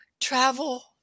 travel